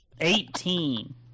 eighteen